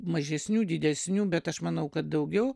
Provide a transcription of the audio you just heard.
mažesnių didesnių bet aš manau kad daugiau